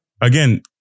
again